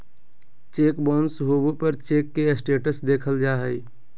cheque bounce होबे पर cheque के स्टेटस देखल जा हइ